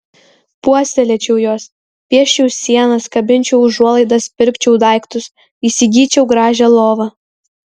puoselėčiau juos pieščiau sienas kabinčiau užuolaidas pirkčiau daiktus įsigyčiau gražią lovą